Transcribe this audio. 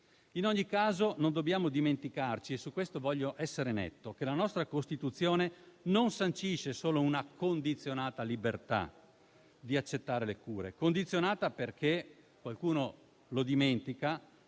In ogni caso non dobbiamo dimenticarci - e su questo voglio essere netto - che la nostra Costituzione non sancisce solo una condizionata libertà di accettare le cure; condizionata perché - qualcuno lo dimentica